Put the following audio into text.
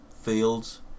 fields